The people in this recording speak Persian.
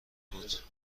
بود